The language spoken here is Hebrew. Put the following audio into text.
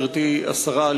גברתי השרה,